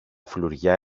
φλουριά